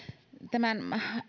tämän